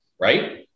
right